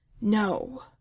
No